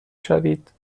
شوید